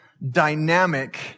dynamic